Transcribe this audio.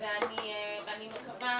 אני חושבת